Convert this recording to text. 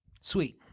sweet